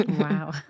Wow